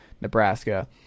Nebraska